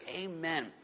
Amen